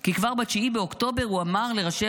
כי כבר ב-9 באוקטובר הוא אמר לראשי